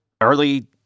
early